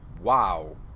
Wow